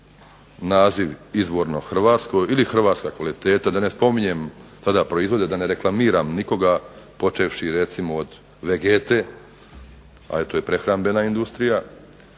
naziv izvorno hrvatsko ili hrvatska kvaliteta, da ne spominjem sada proizvode, da ne reklamiram nikoga počevši od "Vegete", a to je prehrambena industrija,